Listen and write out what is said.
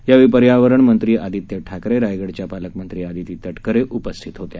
यावेळी पर्यावरण मंत्री आदित्य ठाकरे रायगडच्या पालकमंत्री आदिती तटकरे उपस्थित होत्या